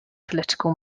political